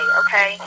okay